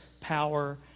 power